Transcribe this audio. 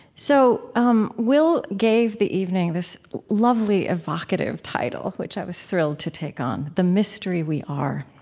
so um will gave the evening this lovely evocative title which i was thrilled to take on the mystery we are.